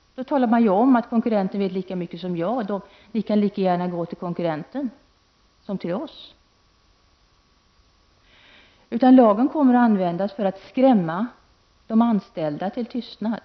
Då talar man ju om att konkurrenten vet lika mycket så att kunden lika gärna kan gå till konkurrenten. Lagen kommer att användas för att skrämma de anställda till tystnad.